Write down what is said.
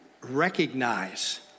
recognize